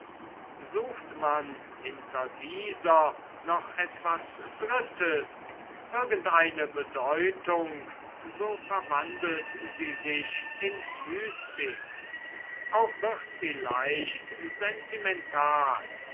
sucht man hinter dieser noch etwas drittes irgendeine bedeutung so verwandelt sie sich in mystik auch wird sie leicht sentimental